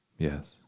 Yes